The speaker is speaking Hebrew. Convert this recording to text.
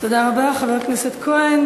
תודה רבה, חבר הכנסת כהן.